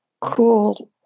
cool